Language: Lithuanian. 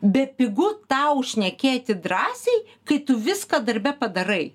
bepigu tau šnekėti drąsiai kai tu viską darbe padarai